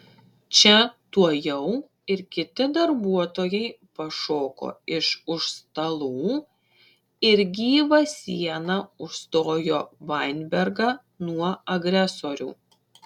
čia tuojau ir kiti darbuotojai pašoko iš už stalų ir gyva siena užstojo vainbergą nuo agresorių